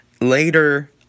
later